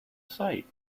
sight